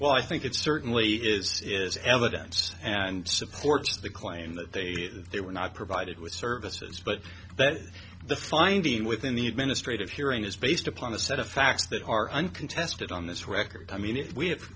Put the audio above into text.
well i think it certainly is is evidence and supports the claim that they they were not provided with services but that the finding within the administrative hearing is based upon a set of facts that are uncontested on this record i mean if we